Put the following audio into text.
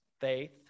faith